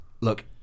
Look